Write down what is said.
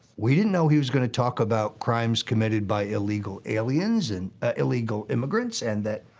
we didn't know he was gonna talk about crimes committed by illegal aliens. and ah illegal immigrants, and that,